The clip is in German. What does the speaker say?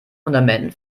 fundament